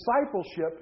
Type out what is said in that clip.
discipleship